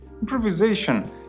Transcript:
Improvisation